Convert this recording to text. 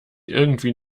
irgendwie